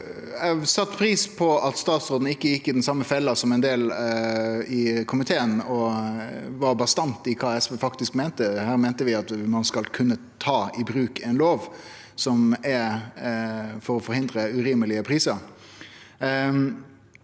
Eg sette pris på at statsråden ikkje gjekk i den same fella som ein del i komiteen og var bastant på kva SV faktisk meinte. Her meinte vi at ein skal kunne ta i bruk ein lov som er til for å forhindre urimelege prisar.